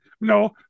No